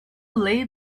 lay